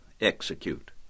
execute